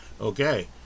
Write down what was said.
Okay